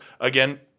Again